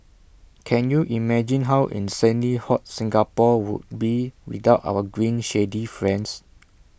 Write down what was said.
can you imagine how insanely hot Singapore would be without our green shady friends